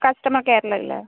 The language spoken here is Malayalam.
കസ്റ്റമർ കെയർല് അല്ലെ